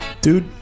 dude